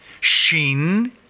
shin